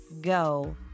go